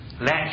Let